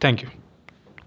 thank you